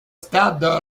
stade